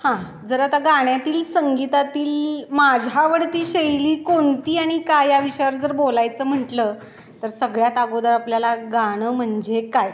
हां जर आता गाण्यातील संगीतातील माझी आवडती शैली कोणती आणि काय या विषयावर जर बोलायचं म्हटलं तर सगळ्यात अगोदर आपल्याला गाणं म्हणजे काय